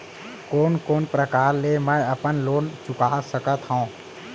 कोन कोन प्रकार ले मैं अपन लोन चुका सकत हँव?